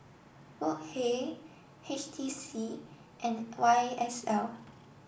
Wok Hey H T C and Y S L